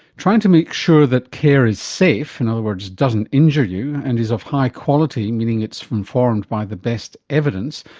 trying to make sure that care is safe in other words doesn't injure you and is of high quality, meaning it's informed by the best evidence,